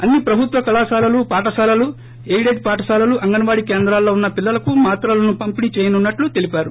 అన్ని ప్రభుత్వ కళాశాలలు పాఠశాలలు ఎయిడెడ్ పాఠశాలలు అంగన్నాడి కేంద్రాల్లో వున్న పిల్లలకు మాత్రలను పంపిణీ చేయనున్నట్లు తెలిపారు